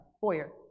foyer